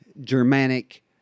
Germanic